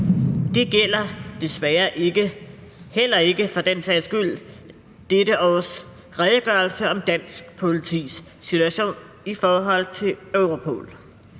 Det gælder desværre ikke dette års redegørelse om dansk politis situation i forhold til Europol.